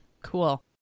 Cool